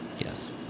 Yes